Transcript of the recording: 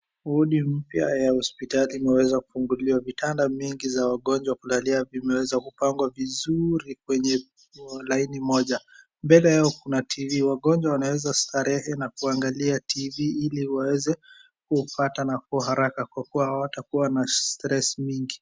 Wodi mpya ya hospitali imeweza kufunguliwa. Vitanda mingi za wagonjwa kulalia vimeweza kupangwa vizuri kwenye laini moja. Mbele yao kuna TV. Wagonjwa wanaweza sarehe na kuangalia TV ili waweze kupata nafuu haraka kwa kuwa hawatakua na stress mingi.